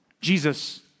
Jesus